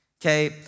okay